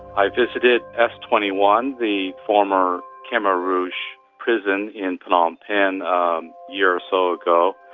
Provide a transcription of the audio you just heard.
i visited s twenty one, the former khmer rouge prison in phnom penh a year or so ago.